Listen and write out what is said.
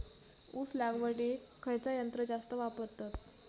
ऊस लावडीक खयचा यंत्र जास्त वापरतत?